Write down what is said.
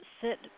sit